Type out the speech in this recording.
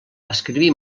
escriví